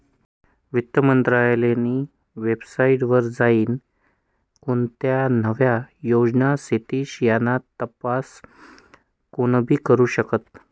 वित्त मंत्रालयनी वेबसाईट वर जाईन कोणत्या नव्या योजना शेतीस याना तपास कोनीबी करु शकस